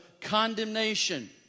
condemnation